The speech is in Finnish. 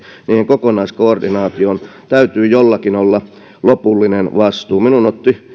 niiden kokonaiskoordinaatioon täytyy jollakin olla lopullinen vastuu minuun otti